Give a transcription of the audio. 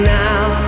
now